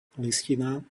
listina